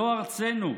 זאת ארצנו.